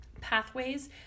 pathways